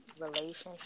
relationship